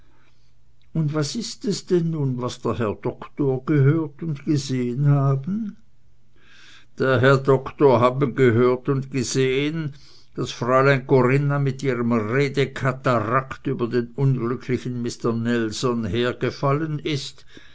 und was ist es denn nun was der herr doktor gehört und gesehen haben der herr doktor haben gehört und gesehen daß fräulein corinna mit ihrem redekatarakt über den unglücklichen mister nelson hergefallen ist